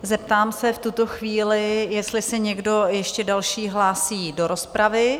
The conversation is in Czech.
Zeptám se v tuto chvíli, jestli se někdo ještě další hlásí do rozpravy?